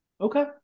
Okay